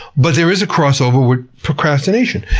but there is a crossover with procrastination.